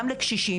גם לקשישים.